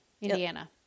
Indiana